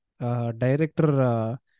director